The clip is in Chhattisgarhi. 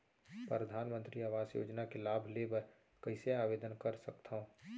परधानमंतरी आवास योजना के लाभ ले बर कइसे आवेदन कर सकथव?